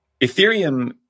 Ethereum